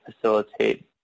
facilitate